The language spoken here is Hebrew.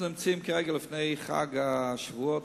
אנחנו נמצאים לפני חג השבועות.